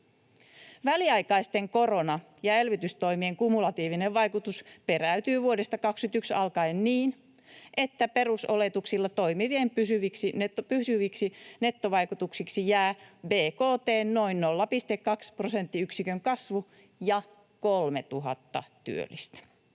Väliaikaisten korona‑ ja elvytystoimien kumulatiivinen vaikutus peräytyy vuodesta 2021 alkaen niin, että perusoletuksilla toimivien pysyviksi nettovaikutuksiksi jää bkt:n noin 0,2 prosenttiyksikön kasvu ja 3 000 työllistä.